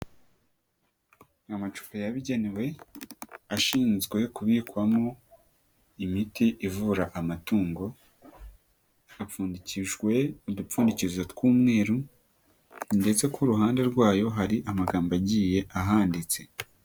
Amacupa yabigenewe ashinzwe kubikwamo imiti ivura amatungo, apfundikijwe udupfundikizo tw'umweru, ndetse ku ruhande rwayo hari amagambo agiye ahanditse.